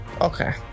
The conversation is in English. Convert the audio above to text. Okay